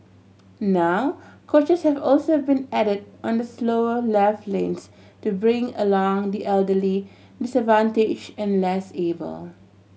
now coaches have also been added on the slower left lanes to bring along the elderly disadvantage and less able